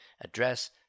address